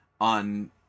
on